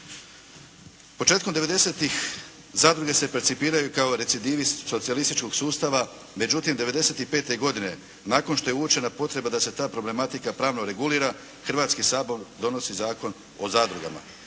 Početkom devedesetih zadruge se percipiraju kao recidivi socijalističkog sustava međutim 1995. godine nakon što je uočena potreba da se ta problematika pravno regulira Hrvatski sabor donosi Zakon o zadrugama.